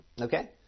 Okay